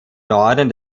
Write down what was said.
norden